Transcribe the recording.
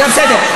בסדר.